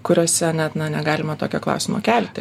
kuriose net na negalima tokio klausimo kelti